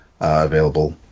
available